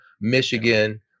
Michigan